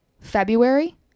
February